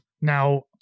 Now